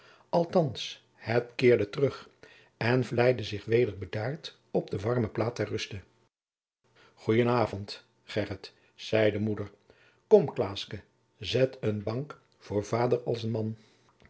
althands het keerde terug en vleide zich weder bedaard op de warme plaat ter ruste gen avond gheryt zeide moeder kom klaosken zet een bank voor vaôder als een man